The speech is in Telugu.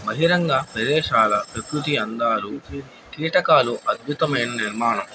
బహిరంగా ప్రరేేశాల ప్రకృతి అందాలు కీటకాలు అద్భుతమైన నిర్మాణం